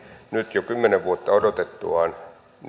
nyt jo kymmenen vuotta odotettua